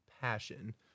passion